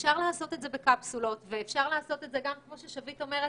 אפשר לעשות את זה בקפסולות ואפשר לעשות את זה כפי ששביט אומרת.